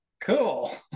Cool